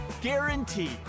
guaranteed